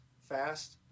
fast